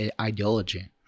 ideology